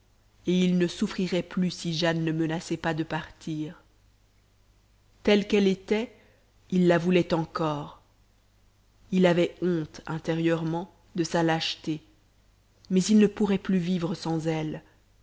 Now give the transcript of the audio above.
et il ne souffrirait plus si jane ne menaçait pas de partir telle qu'elle était il la voulait encore il avait honte intérieurement de sa lâcheté mais il ne pourrait plus vivre sans elle